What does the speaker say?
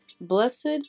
Blessed